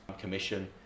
commission